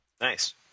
Nice